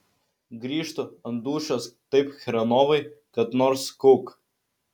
grįžtu ant dūšios taip chrenovai kad nors kauk